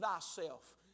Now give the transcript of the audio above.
thyself